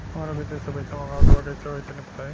हमरा विदेश से पईसा मंगावे के बा कइसे होई तनि बताई?